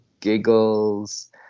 giggles